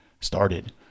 started